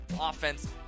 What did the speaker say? offense